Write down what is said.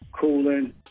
Cooling